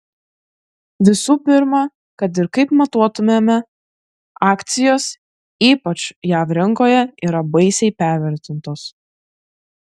visų pirma kad ir kaip matuotumėme akcijos ypač jav rinkoje yra baisiai pervertintos